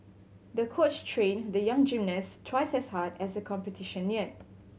the coach trained the young gymnast twice as hard as the competition neared